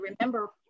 remember